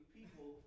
people